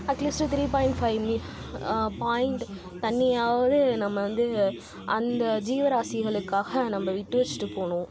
at least three point five point தண்ணியாவது நம்ம வந்து அந்த ஜீவராசிகளுக்காக நம்ம விட்டு வைச்சிட்டு போகணும்